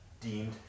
deemed